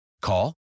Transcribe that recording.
Call